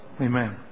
Amen